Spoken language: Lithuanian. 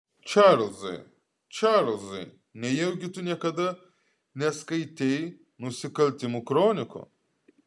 čarlzai čarlzai nejaugi tu niekada neskaitei nusikaltimų kronikų